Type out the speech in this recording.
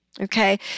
okay